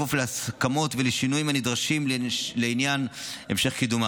בכפוף להסכמות ולשינויים הנדרשים לעניין המשך קידומה.